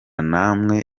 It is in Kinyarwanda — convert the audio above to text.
nawe